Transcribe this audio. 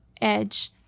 edge